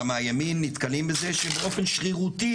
גם מהימין נתקלים בזה שבאופן שרירותי